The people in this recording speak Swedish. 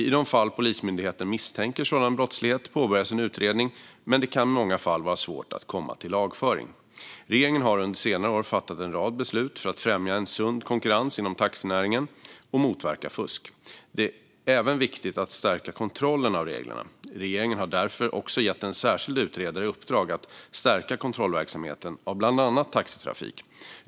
I de fall Polismyndigheten misstänker sådan brottslighet påbörjas en utredning, men det kan i många fall vara svårt att komma till lagföring. Regeringen har under senare år fattat en rad beslut för att främja sund konkurrens inom taxinäringen och motverka fusk. Det är även viktigt att stärka kontrollen av reglerna. Regeringen har därför gett en särskild utredare i uppdrag att stärka kontrollverksamheten av bland annat taxitrafik.